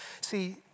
See